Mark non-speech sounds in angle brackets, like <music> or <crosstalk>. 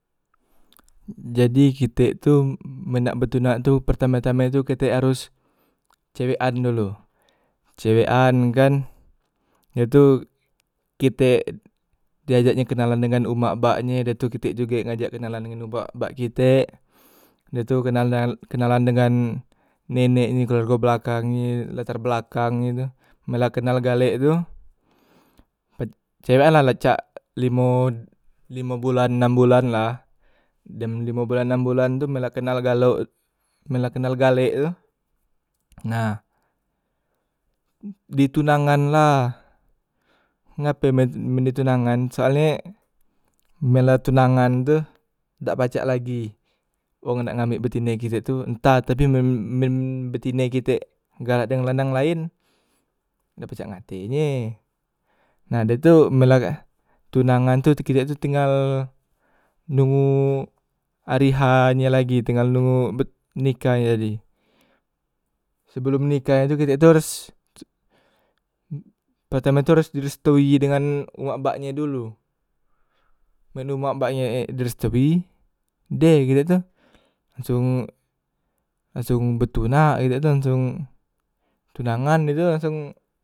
Jadi kitek tu, men nak betunak tu pertame- tame kite harus cewekan dulu, cewekan kan da tu kitek di ajak nye kenalan dengan umak bak nye dah tu kite juge ngajak kenalan dengan umak bak kitek, dah tu kenal kenalan dengan neneknye keluargo belakang nye, latar belakang nye tu, men la kenal galek tu pa cewekan la cak limo, limo bulan, enam bulan la dem limo bulan enam bulan tu men la kenal galo, men la kenal galek tu, nah di tunangan la ngape me men di tunangan soalnye men la tunangan tu dak pacak lagi wong nak ngambek betine kite tu, entah tapi men men betine kitek galak dengan lanang laen, dak pacak ngate nye, nah da tu men la tunangan tu kitek tu tinggal nungu hari h nye lagi, tinggal nungu be nikah nye tadi, sebelum nikah tu kite tu harus <hesitation> pertame tu harus di restui dengan umak baknye dulu men umak baknye direstui de kite tu langsung, langsung betunak kite tu, langsung tunangan mek tu langsung.